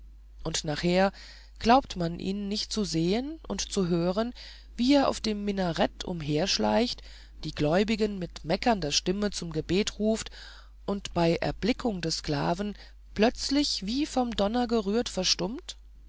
und nachher glaubt man ihn nicht zu sehen und zu hören wie er auf dem minarett umherschleicht die gläubigen mit meckernder stimme zum gebet ruft und bei erblickung des sklaven plötzlich wie vom donner gerührt verstummt